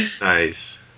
Nice